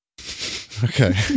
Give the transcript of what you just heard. Okay